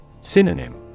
Synonym